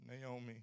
Naomi